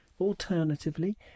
Alternatively